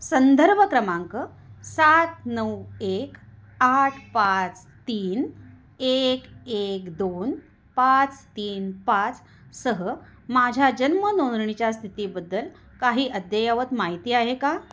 संदर्भ क्रमांक सात नऊ एक आठ पाच तीन एक एक दोन पाच तीन पाचसह माझ्या जन्म नोंदणीच्या स्थितीबद्दल काही अद्ययावत माहिती आहे का